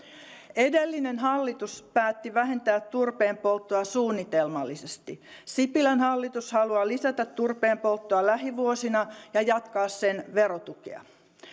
edellinen hallitus päätti vähentää turpeenpolttoa suunnitelmallisesti sipilän hallitus haluaa lisätä turpeenpolttoa lähivuosina ja jatkaa sen verotukea